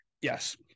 yes